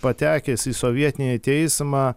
patekęs į sovietinį teismą